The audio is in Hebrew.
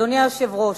אדוני היושב-ראש,